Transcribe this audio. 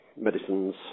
medicines